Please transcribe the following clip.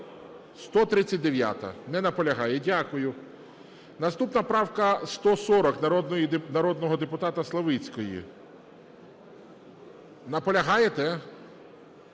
139-а. Не наполягає. Дякую. Наступна правка 140 народного депутата Славицької. Наполягаєте?